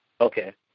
Okay